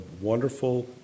wonderful